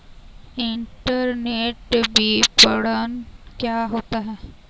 Internet विपणन क्या होता है?